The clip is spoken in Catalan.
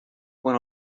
quan